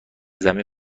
زمین